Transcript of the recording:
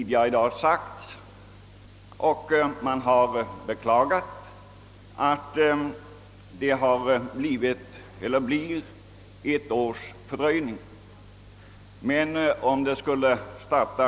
Det har tidigare i dag beklagats, att det blir ett års fördröjning jämfört med de ursprungliga planerna.